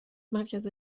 مرکز